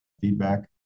feedback